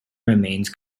remains